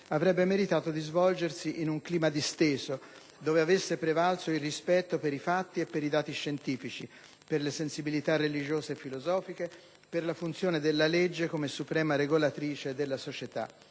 avrebbe meritato di svolgersi in un clima disteso, dove avesse prevalso il rispetto per i fatti e per i dati scientifici, per le sensibilità religiose e filosofiche, per la funzione della legge come suprema regolatrice della società.